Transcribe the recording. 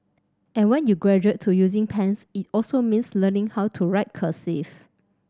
and when you graduate to using pens it also means learning how to write cursive